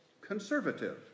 conservative